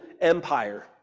Empire